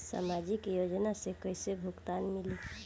सामाजिक योजना से कइसे भुगतान मिली?